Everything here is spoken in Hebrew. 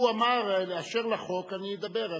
הוא אמר: אשר לחוק, אני אדבר.